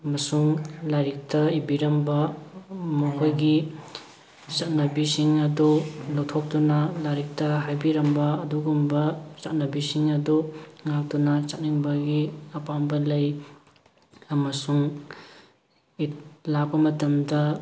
ꯑꯃꯁꯨꯡ ꯂꯥꯏꯔꯤꯛꯇ ꯏꯕꯤꯔꯝꯕ ꯃꯈꯣꯏꯒꯤ ꯆꯠꯅꯕꯤꯁꯤꯡ ꯑꯗꯨ ꯂꯧꯊꯣꯛꯇꯨꯅ ꯂꯥꯏꯔꯤꯛꯇ ꯍꯥꯏꯕꯤꯔꯝꯕ ꯑꯗꯨꯒꯨꯝꯕ ꯆꯠꯅꯕꯤꯁꯤꯡ ꯑꯗꯨ ꯉꯥꯛꯇꯨꯅ ꯆꯠꯅꯤꯡꯕꯒꯤ ꯑꯄꯥꯝꯕ ꯂꯩ ꯑꯃꯁꯨꯡ ꯏꯗ ꯂꯥꯛꯄ ꯃꯇꯝꯗ